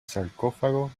sarcófago